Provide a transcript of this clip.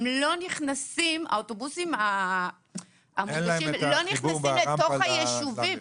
האוטובוסים המונגשים לא נכנסים לתוך היישובים.